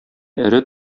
эре